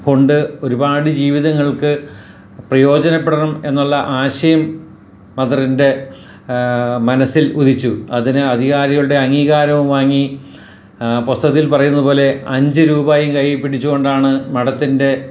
കൊണ്ട് ഒരുപാട് ജീവിതങ്ങൾക്ക് പ്രയോജനപ്പെടണം എന്നുള്ള ആശയം മദറിൻ്റെ മനസ്സിൽ ഉദിച്ചു അതിന് ആധികാരികളുടെ അംഗീകാരവും വാങ്ങി പുസ്തകത്തിൽ പറയുന്നത് പോലെ അഞ്ചുരൂപായും കയ്യിൽ പിടിച്ചുകൊണ്ടാണ് മഠത്തിൻ്റെ